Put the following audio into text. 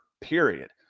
period